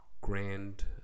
grand